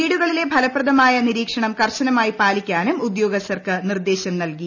വീടുകളിലെ ഫലപ്രദമായ നിരീക്ഷണം കർശനമായി പാലിക്കാനും ഉദ്യോഗസ്ഥർക്ക് നിർദ്ദേശം നൽകി